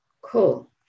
Cool